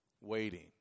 waiting